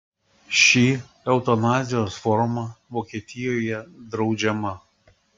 ši eutanazijos forma vokietijoje draudžiama